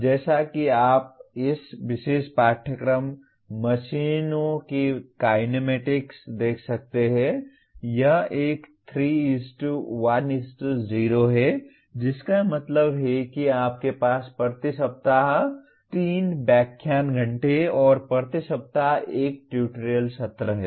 जैसा कि आप इस विशेष पाठ्यक्रम मशीनों की काइनेमैटिक्स देख सकते हैं यह एक 3 1 0 है जिसका मतलब है कि आपके पास प्रति सप्ताह 3 व्याख्यान घंटे और प्रति सप्ताह 1 ट्यूटोरियल सत्र है